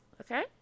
okay